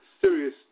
serious